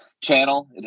channel